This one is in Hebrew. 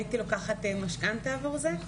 הייתי לוקחת משכנתא עבור זה.